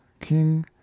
King